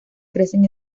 crecen